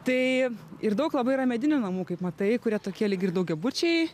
tai ir daug labai yra medinių namų kaip matai kurie tokie lyg ir daugiabučiai